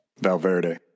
Valverde